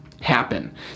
happen